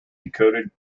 encoded